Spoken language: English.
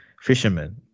fishermen